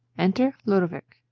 enter lodowick.